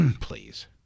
Please